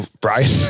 Brian